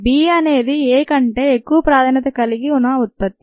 B అనేది A కంటే ఎక్కువ ప్రాధాన్యత కలిగిన ఉత్పత్తి